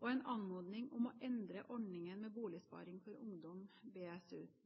og en anmodning om å endre ordningen med